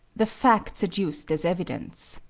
the facts adduced as evidence